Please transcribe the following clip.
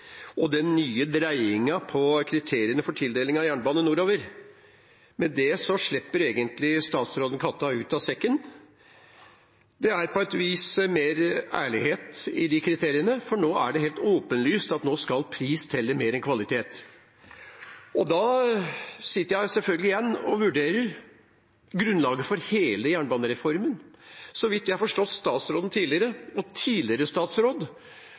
og den nye dreiningen i kriteriene for tildeling av jernbane nordover, slipper statsråden egentlig katta ut av sekken. Det er på et vis mer ærlighet i de kriteriene, for nå er det helt åpenlyst at pris skal telle mer enn kvalitet. Og da sitter jeg selvfølgelig igjen og vurderer grunnlaget for hele jernbanereformen. Så vidt jeg har forstått statsråden tidligere – og tidligere statsråd